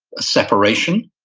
a separation,